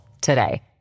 today